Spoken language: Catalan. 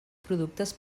productes